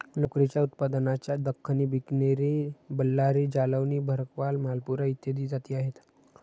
लोकरीच्या उत्पादनाच्या दख्खनी, बिकनेरी, बल्लारी, जालौनी, भरकवाल, मालपुरा इत्यादी जाती आहेत